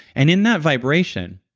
and in that vibration,